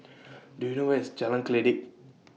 Do YOU know Where IS Jalan Kledek